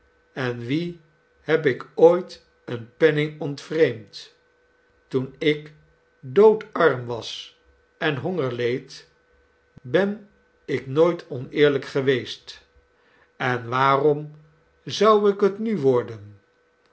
en wien heb ik ooit een penning ontvreemd toen ik doodarm was en honger leed ben ik nooit oneerlijk geweest en waarom zou ik het nu worden